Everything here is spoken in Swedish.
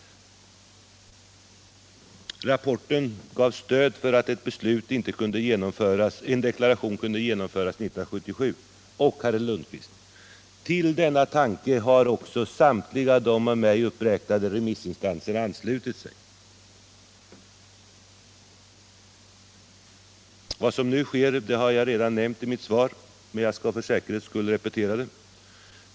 Rapporten gav stöd för att en deklaration inte kunde genomföras 1977, och — herr Lundkvist — till denna tanke har också samtliga de av mig uppräknade remissinstanserna anslutit sig. Vad som nu sker har jag redan nämnt i mitt svar, men jag skall för säkerhets skull repetera det.